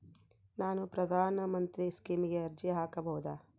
ನಾನು ಪ್ರಧಾನ ಮಂತ್ರಿ ಸ್ಕೇಮಿಗೆ ಅರ್ಜಿ ಹಾಕಬಹುದಾ?